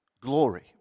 Glory